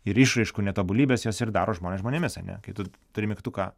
ir išraiškų netobulybės jos ir daro žmones žmonėmis ane kai tu turi mygtuką